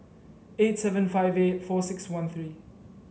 eight seven five eight four six one three